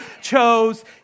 chose